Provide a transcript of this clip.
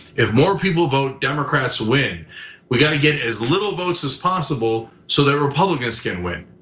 if more people vote, democrats win. we gotta get as little votes as possible so that republicans can win,